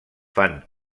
fan